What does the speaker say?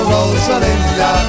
Rosalinda